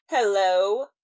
Hello